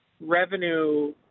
revenue